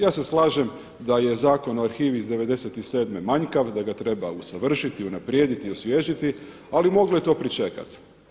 Ja se slažem da je Zakon o arhivi iz '97. manjkav, da ga treba usavršiti, unaprijediti, osvježiti ali moglo je to pričekat.